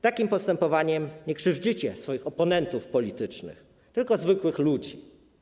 Takim postępowaniem nie krzywdzicie swoich oponentów politycznych, tylko zwykłych ludzi.